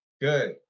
good